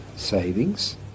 savings